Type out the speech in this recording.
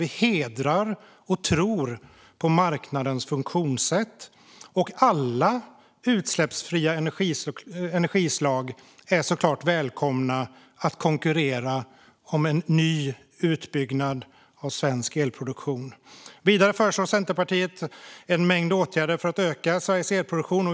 Vi hedrar och tror på marknadens funktionssätt, och alla utsläppsfria energislag är välkomna att konkurrera om en ny utbyggnad av svensk elproduktion. Vidare föreslår Centerpartiet en mängd åtgärder för att öka Sveriges elproduktion.